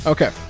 Okay